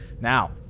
Now